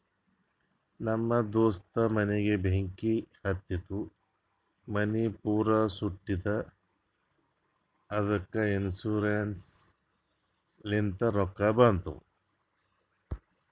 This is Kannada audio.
ನಮ್ ದೋಸ್ತ ಮನಿಗ್ ಬೆಂಕಿ ಹತ್ತಿತು ಮನಿ ಪೂರಾ ಸುಟ್ಟದ ಅದ್ದುಕ ಇನ್ಸೂರೆನ್ಸ್ ಲಿಂತ್ ರೊಕ್ಕಾ ಬಂದು